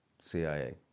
CIA